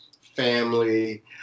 family